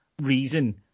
reason